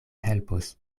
helpos